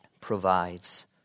provides